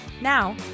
Now